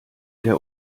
der